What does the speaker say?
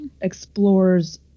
explores